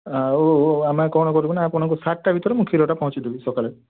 ଆଉ ଆମେ କଣ କରିବୁ ନା ଆପଣଙ୍କୁ ସାତଟା ଭିତରେ ମୁଁ କ୍ଷୀରଟା ପହଁଞ୍ଚେଇ ଦେବି ସକାଳେ